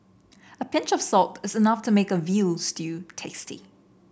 a pinch of salt is enough to make a veal stew tasty